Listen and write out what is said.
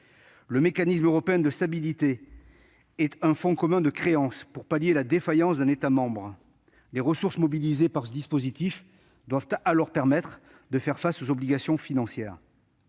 Le Mécanisme européen de stabilité est un fonds commun de créances pour pallier la défaillance d'un État membre. Les ressources mobilisées par ce dispositif doivent permettre de faire face aux obligations financières.